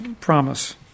promise